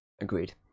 agreed